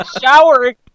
Showering